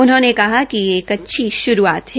उन्होंने कहा कि यह एक अच्छी शुरूआत है